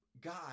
God